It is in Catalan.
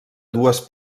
dues